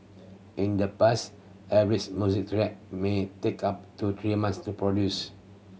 in the past every music track may take up to three months to produce